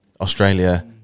Australia